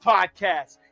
Podcast